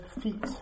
feet